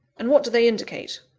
and what do they indicate?